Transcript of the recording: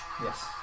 Yes